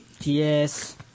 Yes